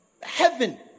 heaven